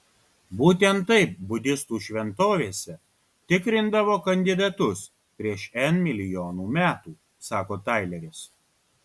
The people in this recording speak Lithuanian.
būtent taip budistų šventovėse tikrindavo kandidatus prieš n milijonų metų sako taileris